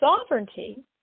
sovereignty